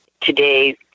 Today